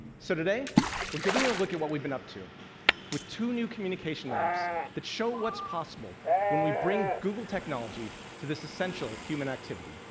so today we're giving you a look at what we've been up to with two new communication apps that show what's possible when we bring google technology to this essential human activity.